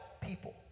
people